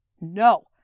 No